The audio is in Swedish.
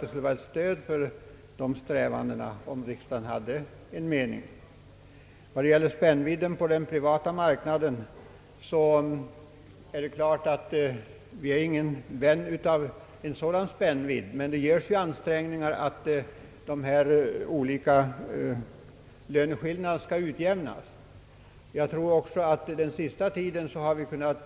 Det skulle vara ett stöd för dessa fortsatta strävanden, om riksdagen uttalade sin mening. Beträffande spännvidden på den privata marknaden är vi givetvis inga vänner av en sådan, men det görs ju ansträngningar för att utjämna löneskillnaderna. Jag tror också att vi under den senaste tiden har kunnat